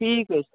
ٹھیٖک حظ چھُ